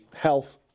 health